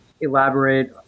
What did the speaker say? elaborate